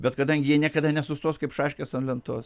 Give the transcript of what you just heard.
bet kadangi jie niekada nesustos kaip šaškės an lentos